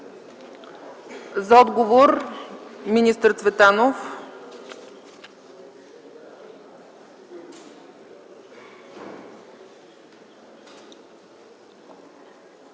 За отговор – министър Цветанов.